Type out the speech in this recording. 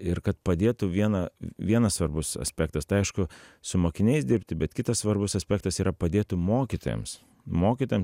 ir kad padėtų viena vienas svarbus aspektas tai aišku su mokiniais dirbti bet kitas svarbus aspektas yra padėti mokytojams mokytojam